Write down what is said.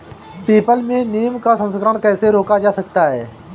People में नीम का संकरण कैसे रोका जा सकता है?